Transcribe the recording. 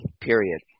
period